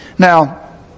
Now